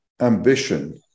ambition